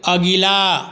अगिला